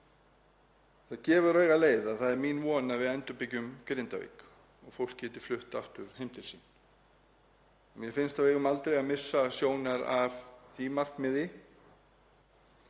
Það gefur augaleið að það er mín von að við endurbyggjum Grindavík og fólk geti flutt aftur heim til sín. Mér finnst að við eigum aldrei að missa sjónar á því markmiði.